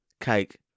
Cake